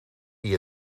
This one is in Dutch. die